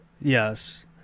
Yes